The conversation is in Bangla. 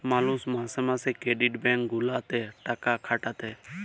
মালুষ মাসে মাসে ক্রেডিট ব্যাঙ্ক গুলাতে টাকা খাটাতে